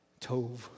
Tove